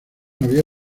había